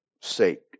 sake